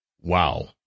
Wow